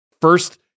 First